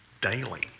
daily